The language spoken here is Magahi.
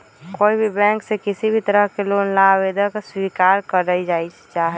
कोई भी बैंक में किसी भी तरह के लोन ला आवेदन स्वीकार्य कइल जाहई